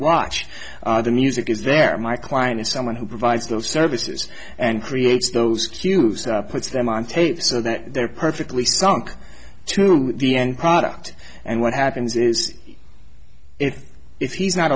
watch the music is there my client is someone who provides those services and creates those cues puts them on tape so that they're perfectly sunk to the end product and what happens is if he's not